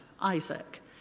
Isaac